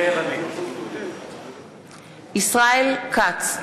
מתחייב אני ישראל כץ,